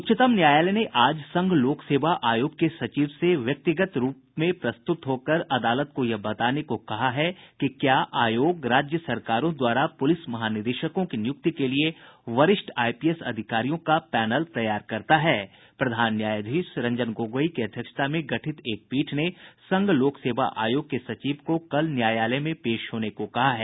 उच्चतम न्यायालय ने आज संघ लोक सेवा आयोग के सचिव से व्यक्तिगत रूप में प्रस्तुत होकर अदालत को यह बताने को कहा कि क्या आयोग राज्य सरकारों द्वारा पुलिस महानिदेशकों की नियुक्ति के लिए वरिष्ठ आईपीएस अधिकारियों का पैनल तैयार करता है प्रधान न्यायाधीश रंजन गोगोई की अध्यक्षता में गठित एक पीठ ने संघ लोक सेवा आयोग के सचिव को कल न्यायालय में पेश होने को कहा है